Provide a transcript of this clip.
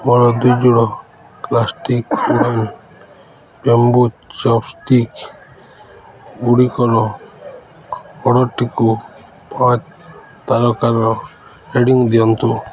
ମୋର ଦୁଇ ଯୋଡ଼ା classic wooden bamboo chopstick ଗୁଡ଼ିକର ଅର୍ଡ଼ର୍ଟିକୁ ପାଞ୍ଚ ତାରକାର ରେଟିଂ ଦିଅନ୍ତୁ